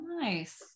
nice